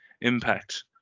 impact